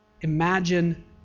Imagine